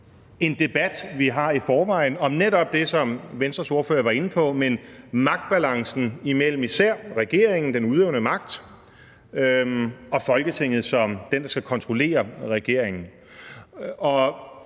en debat, vi har i forvejen, om netop det, som Venstres ordfører var inde på, nemlig magtbalancen imellem især regeringen, den udøvende magt, og Folketinget som den instans, der skal kontrollere regeringen.